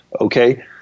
okay